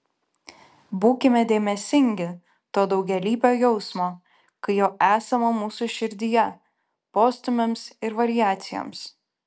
būkime dėmesingi to daugialypio jausmo kai jo esama mūsų širdyje postūmiams ir variacijoms